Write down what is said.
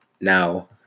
Now